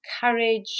courage